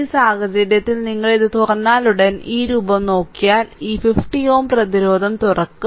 ഈ സാഹചര്യത്തിൽ നിങ്ങൾ ഇത് തുറന്നാലുടൻ ഈ രൂപം നോക്കിയാൽ ഈ 50 Ω പ്രതിരോധം തുറക്കും